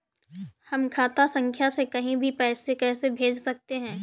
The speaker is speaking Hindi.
हम खाता संख्या से कहीं भी पैसे कैसे भेज सकते हैं?